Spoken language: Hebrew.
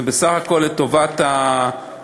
זה בסך הכול לטובת האנשים,